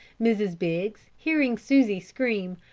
mrs. biggs, hearing susie scream,